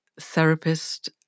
therapist